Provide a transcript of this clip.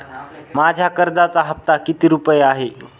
माझ्या कर्जाचा हफ्ता किती रुपये आहे?